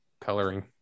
coloring